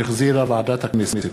שהחזירה ועדת הכנסת.